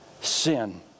sin